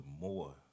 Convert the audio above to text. more